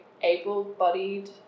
able-bodied